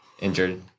Injured